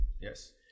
Yes